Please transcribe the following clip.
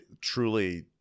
truly